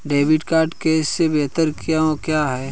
Debit card cash से बेहतर क्यों है?